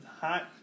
hot